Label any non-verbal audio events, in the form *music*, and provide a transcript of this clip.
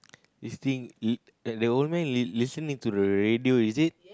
is thing it *noise* they only listening to the radio is it